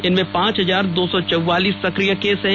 इनमें पांच हजार दो सौ चौवालीस सक्रिय केस हैं